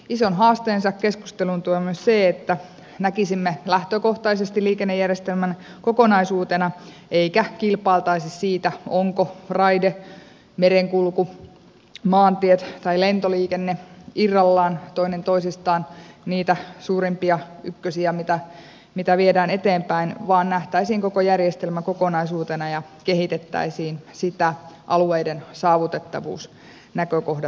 ison haasteensa keskusteluun tuo myös se että näkisimme lähtökohtaisesti liikennejärjestelmän kokonaisuutena eikä kilpailtaisi siitä onko raide merenkulku maantiet tai lentoliikenne irrallaan toinen toisistaan niitä suurimpia ykkösiä mitä viedään eteenpäin vaan nähtäisiin koko järjestelmä kokonaisuutena ja kehitettäisiin sitä alueiden saavutettavuusnäkökohdat huomioiden